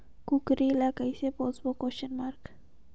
कूकरी ला कइसे पोसबो?